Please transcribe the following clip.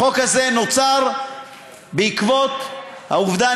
החוק הזה נוצר בעקבות העובדה,